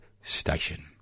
station